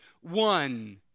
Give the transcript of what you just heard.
one